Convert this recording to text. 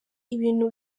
ibintu